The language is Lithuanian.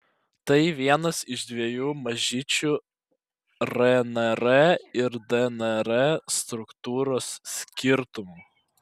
tai vienas iš dviejų mažyčių rnr ir dnr struktūros skirtumų